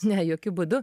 ne jokiu būdu